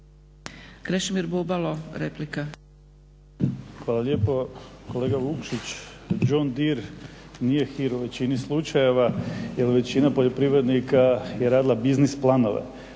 Krešimir (HDSSB)** Hvala lijepo. Kolega Vukšić, John Dear nije hir u većini slučajeva jer većina poljoprivrednika je radila biznis planove,